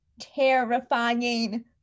terrifying